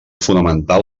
fonamental